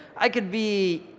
i could be